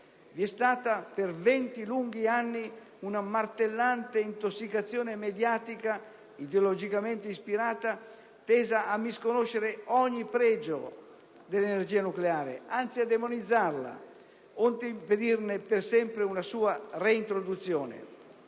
vi è stata per venti lunghi anni una martellante intossicazione mediatica, ideologicamente ispirata, tesa a misconoscere ogni pregio dell'energia nucleare, anzi a demonizzarla, onde impedirne per sempre una sua reintroduzione.